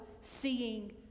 seeing